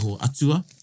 atua